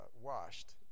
washed